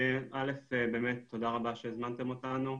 תודה רבה שהזמנתם אותנו,